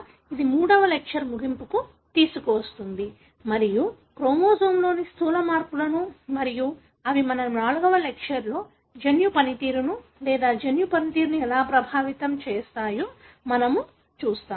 అది మూడవ లెక్చర్ ముగింపుకు తీసుకువస్తుంది మరియు క్రోమోజోమ్లోని స్థూల మార్పులను మరియు అవి మన నాల్గవ లెక్చర్లో జన్యు పనితీరును లేదా జన్యు పనితీరును ఎలా ప్రభావితం చేస్తాయో చూస్తాము